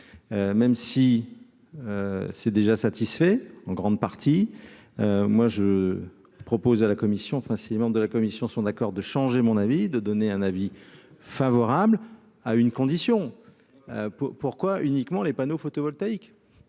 même si c'est déjà satisfait en grande partie, moi je propose à la Commission facilement de la commission sont d'accord, de changer mon avis de donner un avis. Favorable à une condition pour pourquoi uniquement les panneaux photovoltaïques